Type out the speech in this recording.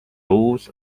uus